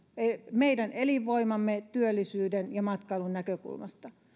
meidän elinvoimamme työllisyyden ja matkailun näkökulmasta